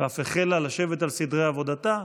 ואף החלה לשבת על סדרי עבודתה.